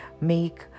make